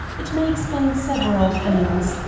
it may explain several things.